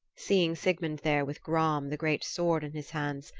seeing sigmund there with gram, the great sword, in his hands,